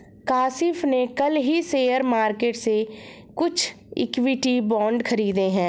काशिफ़ ने कल ही शेयर मार्केट से कुछ इक्विटी बांड खरीदे है